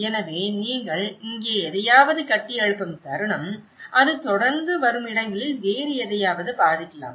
எனவே நீங்கள் இங்கே எதையாவது கட்டியெழுப்பும் தருணம் அது தொடர்ந்து வரும் இடங்களில் வேறு எதையாவது பாதிக்கலாம்